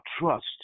trust